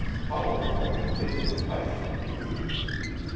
holliwell had taken the pipe from between his teeth,